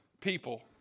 people